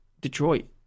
*Detroit*